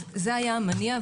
אז זה היה המניע.